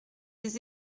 des